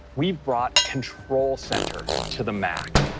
we've brought control center to the mac.